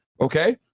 okay